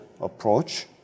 approach